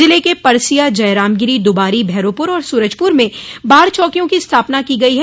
जिले के परसिया जयरामगिरि दुबारी भैरोपुर और सूरजपुर में बाढ़ चौकियों की स्थापना की गई है